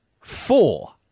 four